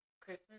Christmas